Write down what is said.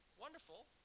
wonderful